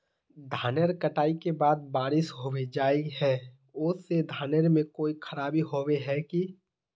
धानेर कटाई के बाद बारिश होबे जाए है ओ से धानेर में कोई खराबी होबे है की?